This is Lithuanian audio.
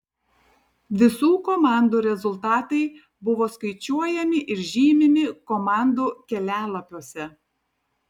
visų komandų rezultatai buvo skaičiuojami ir žymimi komandų kelialapiuose